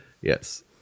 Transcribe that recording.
Yes